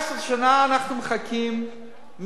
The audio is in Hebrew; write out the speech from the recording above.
17 שנה אנחנו מחכים,